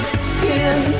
skin